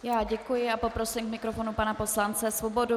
Já děkuji a poprosím k mikrofonu pana poslance Svobodu.